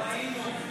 ראינו.